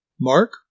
Mark